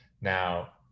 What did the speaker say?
Now